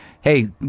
hey